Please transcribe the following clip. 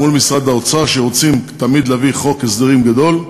האוצר, שרוצה תמיד להביא חוק הסדרים גדול,